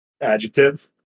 adjective